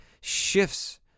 shifts